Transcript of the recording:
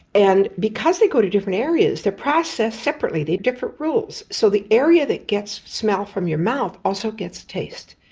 and because they go to different areas they are processed separately, they have different rules. so the area that gets smell from your mouth also gets taste.